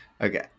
Okay